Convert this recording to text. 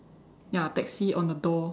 ya taxi on the door